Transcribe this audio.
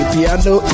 Piano